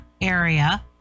area